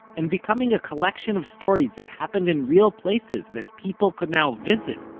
and becoming a collection of stories that happened in real places that people could now visit,